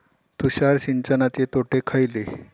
तुषार सिंचनाचे तोटे खयले?